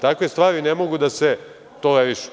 Takve stvari ne mogu da se tolerišu.